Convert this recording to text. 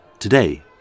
Today